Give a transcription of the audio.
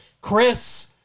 Chris